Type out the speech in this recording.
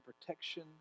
protection